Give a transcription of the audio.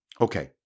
Okay